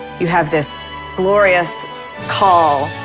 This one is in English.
you have this glorious call.